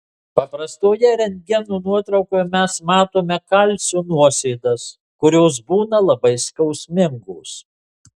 paprastoje rentgeno nuotraukoje mes matome kalcio nuosėdas kurios būna labai skausmingos